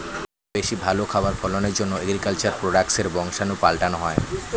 বেশি ভালো খাবার ফলনের জন্যে এগ্রিকালচার প্রোডাক্টসের বংশাণু পাল্টানো হয়